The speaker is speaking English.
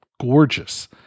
gorgeous